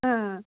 ꯑꯥ